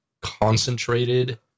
concentrated